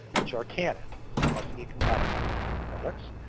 which are canon. so it has to be compatible with canon products.